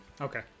Okay